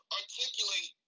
articulate